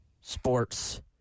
sports